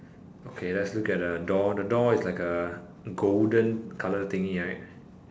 okay let's look at the door the door is like a golden colour thingy right